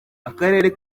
akarere